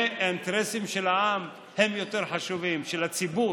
והאינטרסים של העם הם יותר חשובים, של הציבור,